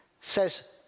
says